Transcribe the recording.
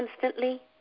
constantly